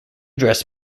dress